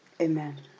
Amen